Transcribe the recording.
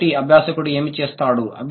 కాబట్టి అభ్యాసకుడు ఏమి చేస్తాడు